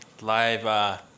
live